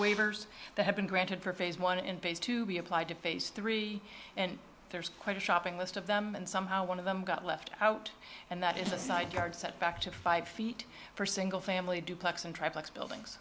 waivers that have been granted for phase one in place to be applied to face three and there's quite a shopping list of them and somehow one of them got left out and that is a site card set back to five feet for single family duplex